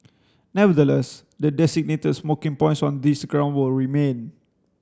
nevertheless the designated smoking points on these ground will remain